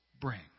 bring